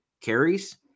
carries